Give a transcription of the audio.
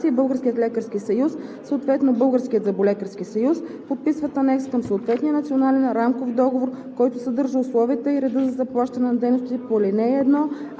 случаите по ал. 1 Националната здравноосигурителна каса и Българският лекарски съюз, съответно Българският зъболекарски съюз, подписват анекс към съответния национален рамков договор,